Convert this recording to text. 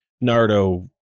Nardo